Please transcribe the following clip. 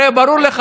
הרי ברור לך,